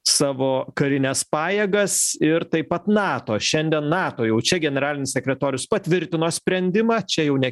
savo karines pajėgas ir taip pat nato šiandien nato jau čia generalinis sekretorius patvirtino sprendimą čia jau ne